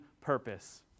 purpose